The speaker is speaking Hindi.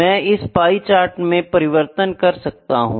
मैं इस पाई चार्ट में परिवर्तन कर सकता हूँ